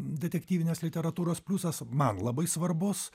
detektyvinės literatūros pliusas man labai svarbus